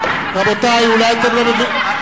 חשבון בבתי-ספר, רבותי, אולי אתם לא מבינים,